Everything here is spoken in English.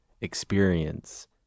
experience